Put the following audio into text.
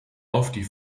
auf